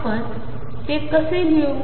आपणतेकसेमिळवू